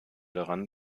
daran